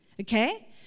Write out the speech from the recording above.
okay